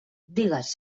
digues